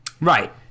Right